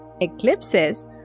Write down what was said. eclipses